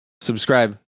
subscribe